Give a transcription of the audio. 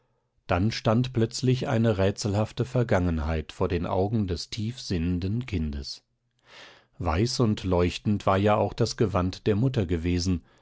dann stand plötzlich eine rätselhafte vergangenheit vor den augen des tief sinnenden kindes weiß und leuchtend war ja auch das gewand der mutter gewesen